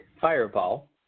Fireball